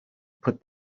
put